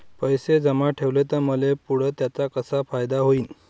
पैसे जमा ठेवले त मले पुढं त्याचा कसा फायदा होईन?